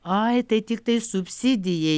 ai tai tiktai subsidija